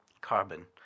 carbon